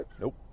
Nope